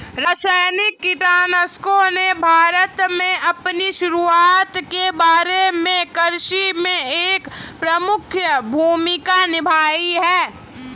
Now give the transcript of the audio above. रासायनिक कीटनाशकों ने भारत में अपनी शुरुआत के बाद से कृषि में एक प्रमुख भूमिका निभाई है